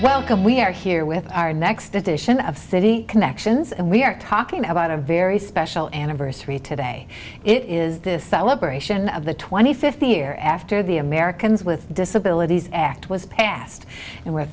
welcome we are here with our next edition of city connections and we are talking about a very special anniversary today it is this celebration of the twenty fifth the year after the americans with disabilities act was passed and we're